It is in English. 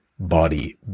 Body